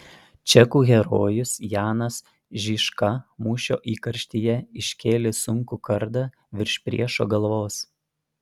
čekų herojus janas žižka mūšio įkarštyje iškėlė sunkų kardą virš priešo galvos